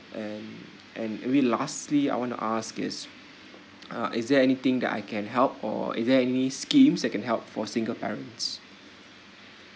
and and maybe lastly I wanna ask is uh is there anything that I can help or is there any schemes that can help for single parents